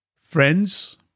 Friends